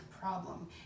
problem